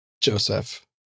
Joseph